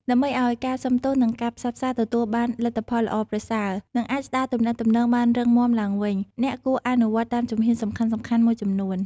ដើម្បីឱ្យការសុំទោស និងការផ្សះផ្សាទទួលបានលទ្ធផលល្អប្រសើរ និងអាចស្ដារទំនាក់ទំនងបានរឹងមាំឡើងវិញ អ្នកគួរអនុវត្តតាមជំហានសំខាន់ៗមួយចំនួន។